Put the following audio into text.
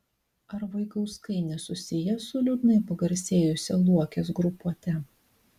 ar vaigauskai nesusiję su liūdnai pagarsėjusia luokės grupuote